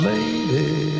Lady